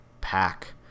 pack